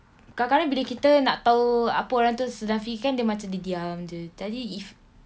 kadangkala bila kita nak tahu apa orang tu sedang fikir kan dia macam dia diam jer jadi if